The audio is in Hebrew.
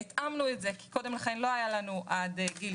התאמנו את זה כי קודם לכן לא היה לנו עד גיל